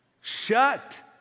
shut